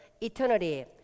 eternity